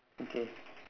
okay